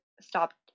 stopped